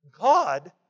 God